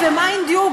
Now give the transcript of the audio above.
ו-mind you,